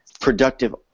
productive